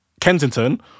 Kensington